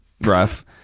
rough